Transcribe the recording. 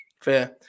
fair